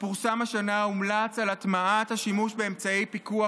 שפורסם השנה הומלץ על הטמעת השימוש באמצעי הפיקוח